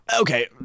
okay